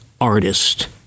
artist